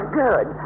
good